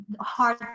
hard